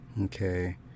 Okay